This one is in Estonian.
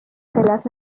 seljas